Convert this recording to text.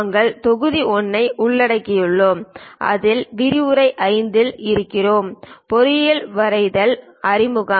நாங்கள் தொகுதி 1 ஐ உள்ளடக்குகிறோம் அதில் விரிவுரை எண் 5 இல் இருக்கிறோம் பொறியியல் வரைதல் அறிமுகம்